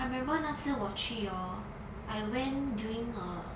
I remember 那次我去 hor I went during err